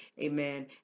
Amen